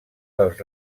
dels